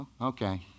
Okay